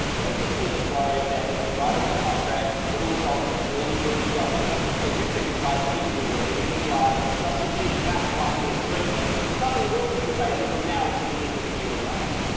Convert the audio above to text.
but i guess i'm just worried that when we write up the contract that it will result in a poorly worded document that you think implies you you can do whatever you like. thus subjecting us to unfair treatment. something we'll be debating from now until the end of the human race.